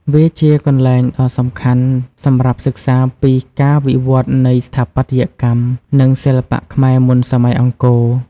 វាជាកន្លែងដ៏សំខាន់សម្រាប់សិក្សាពីការវិវឌ្ឍនៃស្ថាបត្យកម្ម និងសិល្បៈខ្មែរមុនសម័យអង្គរ។